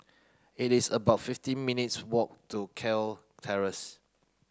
it is about fifteen minutes' walk to Kew Terrace